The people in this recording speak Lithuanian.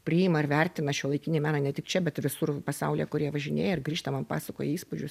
priima ir vertina šiuolaikinį meną ne tik čia visur pasaulyje kur jie važinėja ir grįžta man pasakoja įspūdžius